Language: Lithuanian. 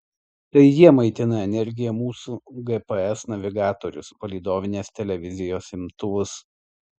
tai jie maitina energija mūsų gps navigatorius palydovinės televizijos imtuvus